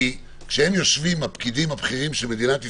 כי כשיושבים הפקידים הבכירים של מדינת ישראל,